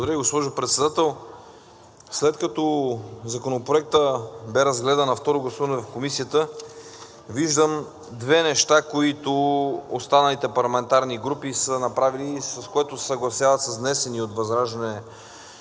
Благодаря Ви, госпожо Председател. След като Законопроектът бе разгледан на второ гласуване в Комисията, виждам две неща, които останалите парламентарни групи са направили, с което се съгласяват с внесения от